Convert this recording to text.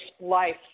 life